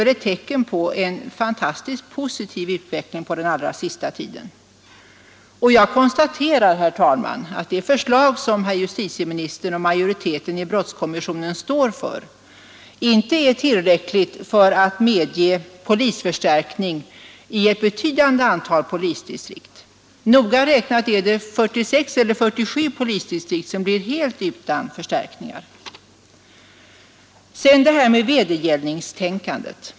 äl ett tecken på en fantastiskt positiv utveckling under den allra Jag konstaterar också att det förslag som justitieministern och majoriteten i brottskommissionen står för inte är tillräckligt för att medge någon polisförstärkning i ett betydande antal polisdistrikt. Det är noga räknat 46 eller 47 polisdistrikt som blir helt utan förstärkningar. Så några ord om vedergällningstanken.